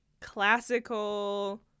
classical